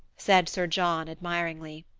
said sir john admiringly.